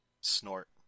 snort